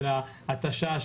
של ההתשה,